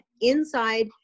Inside